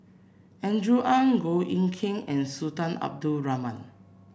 Andrew Ang Goh Eck Kheng and Sultan Abdul Rahman